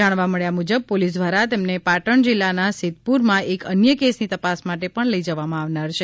જાણવા મળ્યા મુજબ પોલીસ દ્વારા તેમને પાટણ જિલ્લાના સિદ્ધપુર માં એક અન્ય કેસની તપાસ માટે પણ લઇ જવામાં આવનાર છે